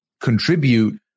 contribute